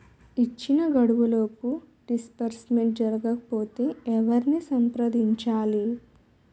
ఇచ్చిన గడువులోపు డిస్బర్స్మెంట్ జరగకపోతే ఎవరిని సంప్రదించాలి?